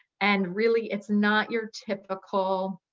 and really it's not your typical,